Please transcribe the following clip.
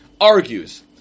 argues